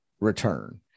return